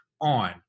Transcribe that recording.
On